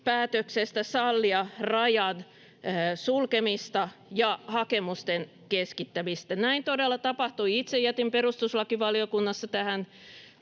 päätöksestä sallia rajan sulkeminen ja hakemusten keskittäminen. Näin todella tapahtui. Itse jätin perustuslakivaliokunnassa tähän